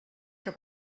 que